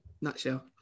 nutshell